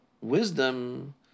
wisdom